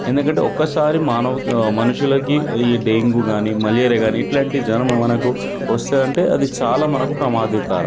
ఎందుకంటే ఒకసారి మానవ మనుషులకి ఈ డెంగ్యూ కానీ మలేరియా కానీ ఇట్లాంటి జ్వరం మనకు వస్తాయంటే అది చాలా మనకు ప్రమాధకారం